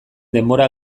denbora